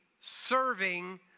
serving